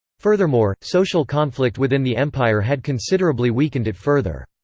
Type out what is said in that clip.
furthermore, social conflict within the empire had considerably weakened it further.